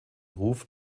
ruf